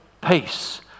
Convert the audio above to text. peace